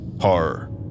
horror